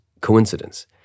coincidence